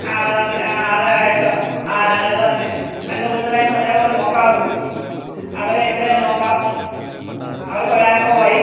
അത് തന്നെ ആ അതായല്ലോ ആ അയാൾ തന്നെ രണ്ട് കൂട്ടരേയും കൂടൊരേ പോലെ നോക്കാവല്ലോ അവരെ ഇവരെ നോക്കാൻ അവർക്കൊരനക്കമായി